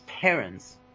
parents